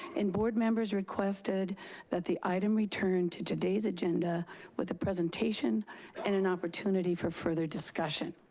and board members requested that the item return to today's agenda with a presentation and an opportunity for further discussion.